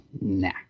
nah